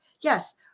Yes